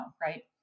Right